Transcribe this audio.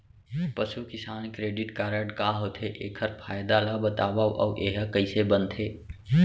पसु किसान credit card का होथे, एखर फायदा ला बतावव अऊ एहा कइसे बनथे?